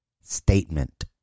statement